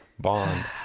Bond